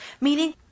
Meaning